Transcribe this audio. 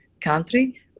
country